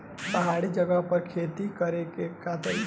पहाड़ी जगह पर खेती करे के का तरीका बा?